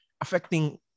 affecting